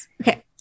Okay